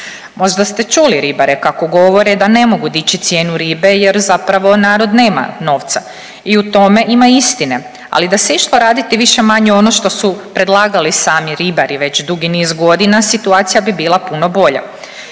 Možda ste čuli ribare kako govore da ne mogu dići cijenu ribe, jer zapravo narod nema novca. I u tome ima istine. Ali da se išlo raditi više-manje ono što su predlagali sami ribari već dugi niz godina situacija bi bila puno bolja.